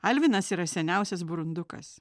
alvinas yra seniausias burundukas